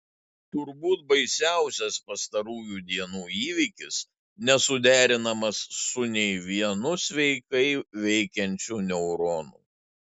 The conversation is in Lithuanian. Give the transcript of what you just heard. turbūt baisiausias pastarųjų dienų įvykis nesuderinamas su nei vienu sveikai veikiančiu neuronu